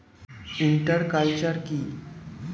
Inter culture কি?